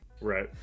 Right